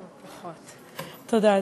תודה,